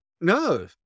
No